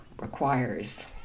requires